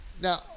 Now